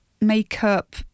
makeup